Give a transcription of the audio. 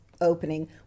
opening